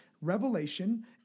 revelation